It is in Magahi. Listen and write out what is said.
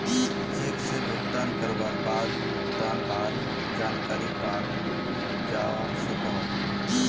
चेक से भुगतान करवार बाद भुगतान लार जानकारी पाल जावा सकोहो